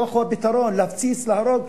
הכוח הוא הפתרון, להפציץ, להרוג.